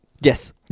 Yes